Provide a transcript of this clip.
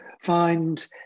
find